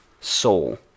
soul